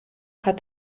hat